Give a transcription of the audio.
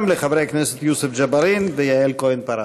לחברי הכנסת יוסף ג'בארין ויעל כהן-פארן.